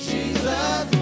Jesus